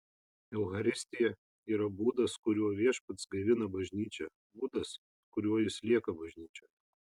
eucharistija yra būdas kuriuo viešpats gaivina bažnyčią būdas kuriuo jis lieka bažnyčioje